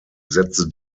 setze